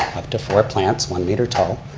up to four plants, one meter tall.